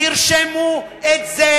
תרשמו את זה